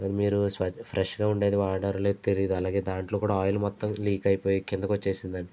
అది మీరు ఫ్రెష్ గా ఉండేది వాడారో లేదో తెలీదు దాంట్లో కూడా ఆయిల్ మొత్తం లీక్ అయిపోయి కిందకు వచ్చేసింది అండి